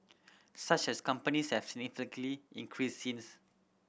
such as companies have significantly increased since